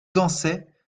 dansait